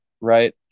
right